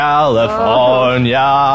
California